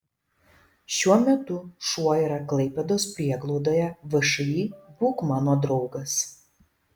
šiuo metu šuo yra klaipėdos prieglaudoje všį būk mano draugas